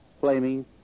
flaming